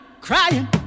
crying